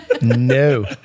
No